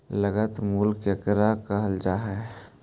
लागत मूल्य केकरा कहल जा हइ?